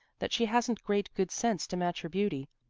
that she hasn't great good sense to match her beauty?